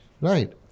Right